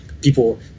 people